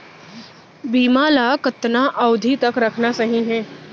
बीमा ल कतना अवधि तक रखना सही हे?